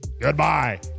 Goodbye